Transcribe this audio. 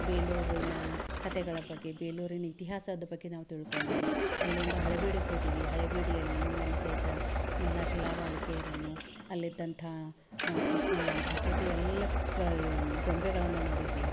ಬೇಲೂರಿನ ಕತೆಗಳ ಬಗ್ಗೆ ಬೇಲೂರಿನ ಇತಿಹಾಸದ ಬಗ್ಗೆ ನಾವು ತಿಳ್ಕೊಂಡ್ವಿ ಅಲ್ಲಿಂದ ಹಳೆಬೀಡಿಗೆ ಹೋದಿವಿ ಹಳೆಬೀಡಿಯಲ್ಲಿ ನಲ್ ಸಹಿತ ಎಲ್ಲ ಶಿಲಾಬಾಲಿಕೆಯರನ್ನು ಅಲ್ಲಿದ್ದಂತಹ ಕೃತ ಆಕೃತಿ ಎಲ್ಲ ಕ ಗೊಂಬೆಗಳನ್ನು ನೋಡಿದ್ವಿ